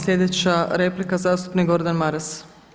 Sljedeća replika zastupnik Gordan Maras.